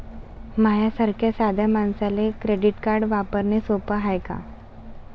माह्या सारख्या साध्या मानसाले क्रेडिट कार्ड वापरने सोपं हाय का?